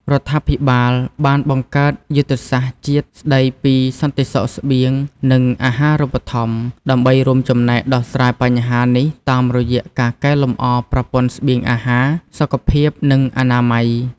រដ្ឋាភិបាលបានបង្កើត យុទ្ធសាស្ត្រជាតិស្តីពីសន្តិសុខស្បៀង និងអាហារូបត្ថម្ភ ដើម្បីរួមចំណែកដោះស្រាយបញ្ហានេះតាមរយៈការកែលម្អប្រព័ន្ធស្បៀងអាហារ សុខភាព និងអនាម័យ។